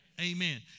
Amen